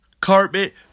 carpet